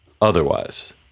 otherwise